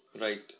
Right